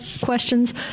questions